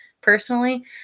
personally